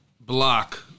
block